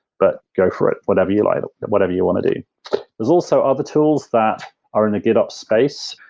but go for it whatever you like, or whatever you want to do there's also other tools that are in the github space.